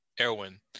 erwin